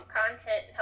content